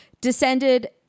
descended